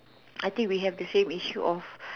I think we have the same issue of